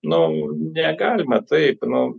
nu negalima taip nu